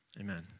Amen